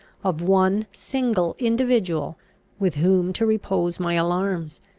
of one single individual with whom to repose my alarms,